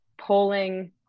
polling